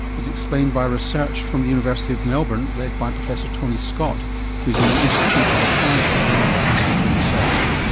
is explained by research from the university of melbourne, led by professor tony scott who's in the institute of applied economic and social research.